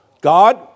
God